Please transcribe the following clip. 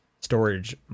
storage